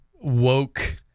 woke